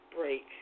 break